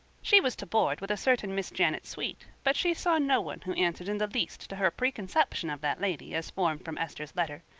she was to board with a certain miss janet sweet, but she saw no one who answered in the least to her preconception of that lady, as formed from esther's letter.